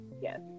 yes